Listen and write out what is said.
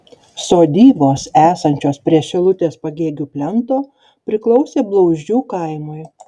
sodybos esančios prie šilutės pagėgių plento priklausė blauzdžių kaimui